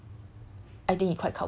because